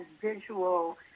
visual